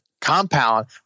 compound